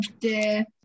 dear